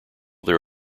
there